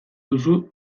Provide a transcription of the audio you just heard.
duzu